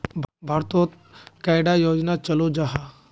भारत तोत कैडा योजना चलो जाहा?